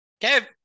Kev